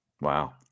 Wow